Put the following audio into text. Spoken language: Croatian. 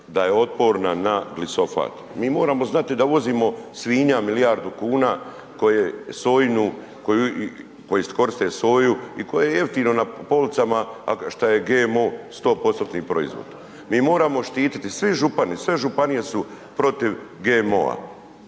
da je otporna na lisofat. Mi moramo znati da uvozimo svinja milijardu kuna koje koriste soju i koje je jeftino na policama, a šta je GMO 100%-tni proizvod. Mi moramo štititi svi župani, sve županije su protiv GMO-a,